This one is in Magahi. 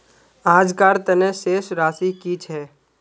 आजकार तने शेष राशि कि छे?